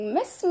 Miss